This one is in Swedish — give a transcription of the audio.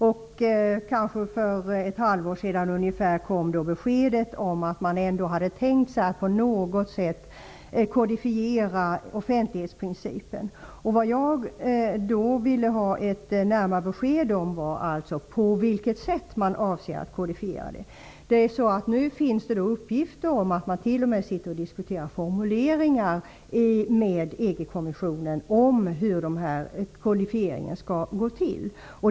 Kanske var det för ett halvår sedan som beskedet kom att man ändå hade tänkt sig att på något sätt kodifiera offentlighetsprincipen. Vad jag då ville ha ett närmare besked om var på vilket sätt man avsåg att kodifiera den. Nu finns uppgifter om att man med EG kommissionen t.o.m. diskuterar formuleringar för hur kodifieringen skall gå till.